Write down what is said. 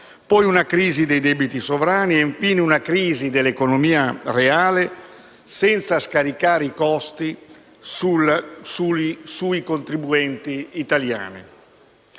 poi una crisi dei debiti sovrani e infine una crisi dell'economia reale, senza scaricare i costi sui contribuenti italiani.